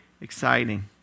exciting